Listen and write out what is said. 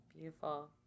Beautiful